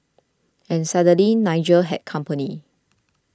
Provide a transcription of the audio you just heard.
and suddenly Nigel had company